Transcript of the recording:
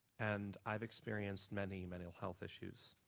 and i've experienced many mental health issues.